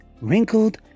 Wrinkled